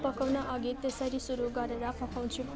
पकाउनअघि त्यसरी सुरु गरेर पकाउँछु